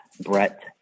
Brett